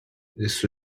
this